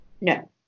No